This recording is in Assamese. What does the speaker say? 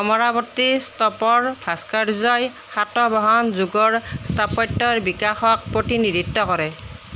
অমৰাৱতী স্তপৰ ভাস্কৰ্য্যই সাতবাহন যুগৰ স্থাপত্যৰ বিকাশক প্ৰতিনিধিত্ব কৰে